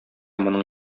моның